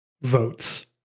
votes